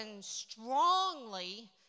strongly